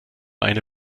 eine